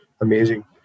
amazing